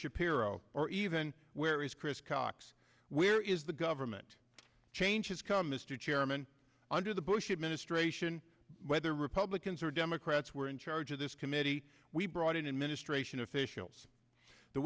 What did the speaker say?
shapiro or even where is chris cox where is the government changes come mr chairman under the bush administration republicans or democrats were in charge of this committee we brought in administration officials the